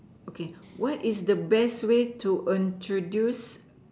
okay what is the best way to introduce